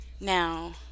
Now